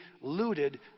looted